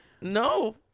No